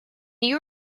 you